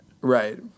Right